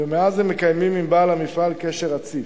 ומאז הם מקיימים עם בעל המפעל קשר רציף.